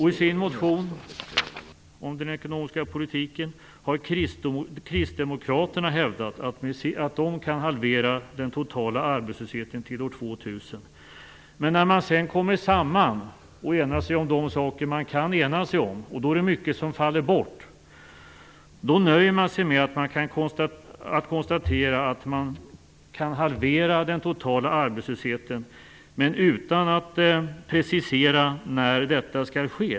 I sin motion om den ekonomiska politiken har kristdemokraterna hävdat att de kan halvera den totala arbetslösheten till år 2000. Men när man sedan kommer samman och enar sig om de saker man kan ena sig om är det mycket som faller bort. Då nöjer man sig med att konstatera att man kan halvera den totala arbetslösheten, men utan att precisera när detta skall ske.